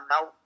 now